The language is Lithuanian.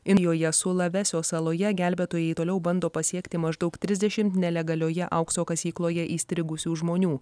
injoje sulavesio saloje gelbėtojai toliau bando pasiekti maždaug trisdešimt nelegalioje aukso kasykloje įstrigusių žmonių